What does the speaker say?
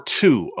two